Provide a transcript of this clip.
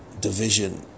Division